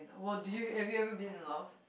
what do you have you ever been in love